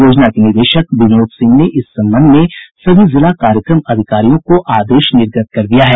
योजना के निदेशक विनोद सिंह ने इस संबंध में सभी जिला कार्यक्रम अधिकारियों को आदेश निर्गत कर दिया है